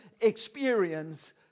experience